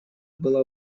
была